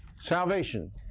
Salvation